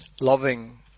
loving